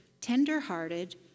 tenderhearted